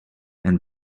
and